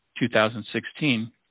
2016